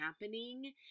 happening